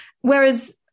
Whereas